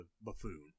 buffoon